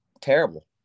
terrible